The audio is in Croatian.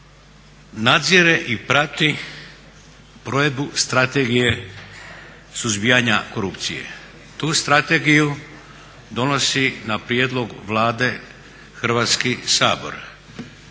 nadzire i prati provedbu Strategije suzbijanja korupcije. Tu strategiju donosi na prijedlog Vlade Hrvatski sabor.